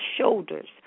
shoulders